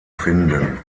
finden